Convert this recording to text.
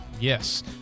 Yes